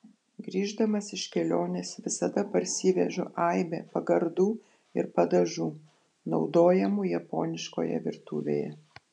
grįždamas iš kelionės visada parsivežu aibę pagardų ir padažų naudojamų japoniškoje virtuvėje